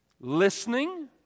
Listening